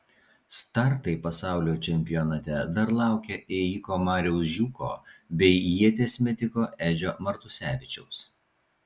startai pasaulio čempionate dar laukia ėjiko mariaus žiūko bei ieties metiko edžio matusevičiaus